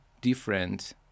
different